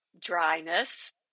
dryness